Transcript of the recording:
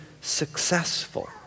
successful